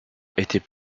étaient